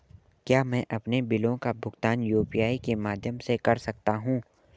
क्या मैं अपने बिलों का भुगतान यू.पी.आई के माध्यम से कर सकता हूँ?